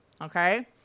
Okay